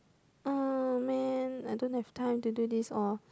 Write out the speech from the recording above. oh man I don't have time to do this or